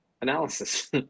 analysis